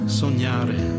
sognare